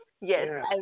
Yes